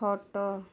ଖଟ